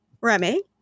Remy